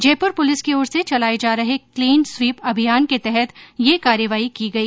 Jaipur police की ओर से चलाये जा रहे क्लीन स्वीप अभियान के तहत यह कार्रवाई की गई